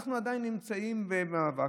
אנחנו עדיין נמצאים במאבק.